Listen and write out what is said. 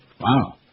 Wow